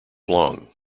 long